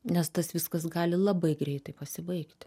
nes tas viskas gali labai greitai pasibaigti